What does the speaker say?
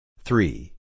three